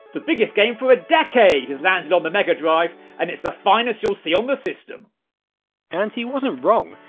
the biggest game for a decade has landed on the mega drive and it's the finest you'll see on the system and he wasn't wrong.